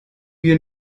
you